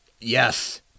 Yes